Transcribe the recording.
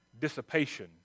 dissipation